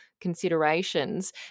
considerations